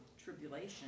tribulation